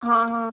हा हा